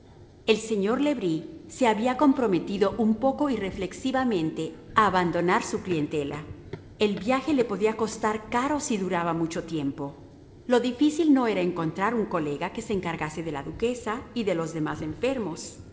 el señor le bris se había comprometido un poco irreflexivamente a abandonar su clientela el viaje le podía costar caro si duraba mucho tiempo lo difícil no era encontrar un colega que se encargase de la duquesa y de los demás enfermos